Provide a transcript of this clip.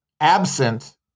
absent